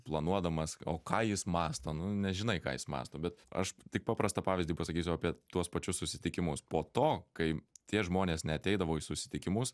planuodamas o ką jis mąsto nu nežinai ką jis mąsto bet aš tik paprastą pavyzdį pasakysiu apie tuos pačius susitikimus po to kai tie žmonės neateidavo į susitikimus